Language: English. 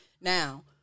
now